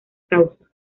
causas